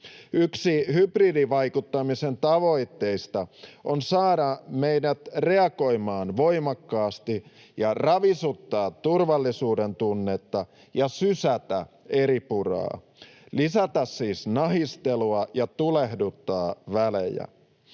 Yksi hybridivaikuttamisen tavoitteista on saada meidät reagoimaan voimakkaasti ja ravisuttaa turvallisuudentunnetta ja sysätä eripuraan, lisätä siis nahistelua ja tulehduttaa välejä.